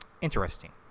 Interesting